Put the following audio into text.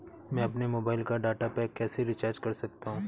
मैं अपने मोबाइल का डाटा पैक कैसे रीचार्ज कर सकता हूँ?